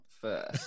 first